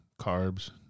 carbs